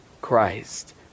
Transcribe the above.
Christ